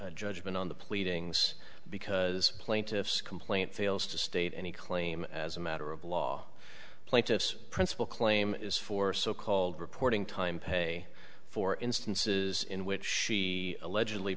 denying judgment on the pleadings because plaintiffs complaint fails to state any claim as a matter of law plaintiff's principal claim is for so called reporting time pay for instances in which she allegedly